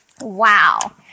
Wow